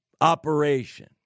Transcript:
operation